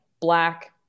black